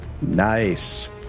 Nice